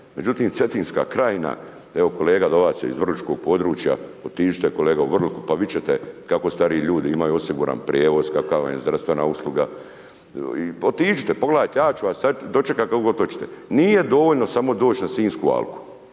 Međutim, Cetinska krajina, evo kolega do vas je iz Vrličkog područja, otiđite kolega u Vrliku pa vidjeti ćete kako stariji ljudi imaju osiguran prijevoz, kakva vam je zdravstvena usluga, otiđite, pogledajte, ja ću vas sada dočekati kako god hoćete. Nije dovoljno samo doći na sinjsku alku.